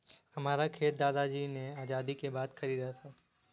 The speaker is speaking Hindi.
हमारा खेत दादाजी ने आजादी के बाद खरीदा था